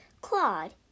Claude